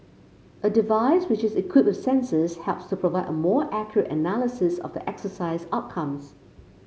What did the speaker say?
a device which is equipped with sensors helps to provide a more accurate analysis of the exercise outcomes